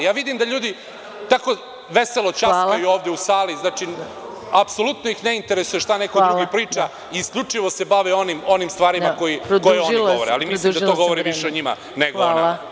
Ja vidim da ljudi tako veselo ćaskaju ovde u sali, apsolutno ih ne interesuje šta neko drugo priča i isključivo se bave onim stvarima koje oni govore, ali to govori više o njima, nego o nama.